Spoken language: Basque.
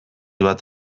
bat